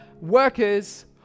workers